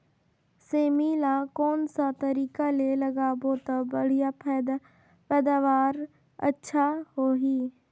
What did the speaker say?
सेमी ला कोन सा तरीका ले लगाबो ता बढ़िया पैदावार अच्छा होही?